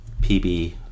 pb